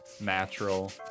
natural